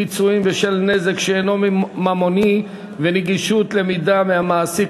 פיצויים בשל נזק שאינו ממוני ונגישות למידע מהמעסיק),